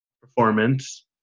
performance